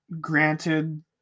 granted